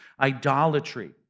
Idolatry